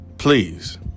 please